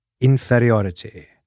inferiority